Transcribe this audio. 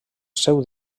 seu